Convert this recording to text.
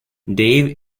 dave